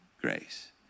Grace